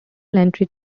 entry